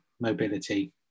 mobility